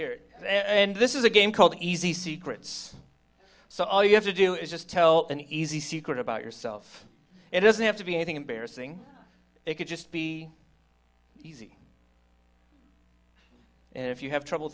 here and this is a game called easy secrets so all you have to do is just tell an easy secret about yourself it doesn't have to be anything embarrassing it could just be easy and if you have trouble